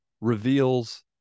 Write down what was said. reveals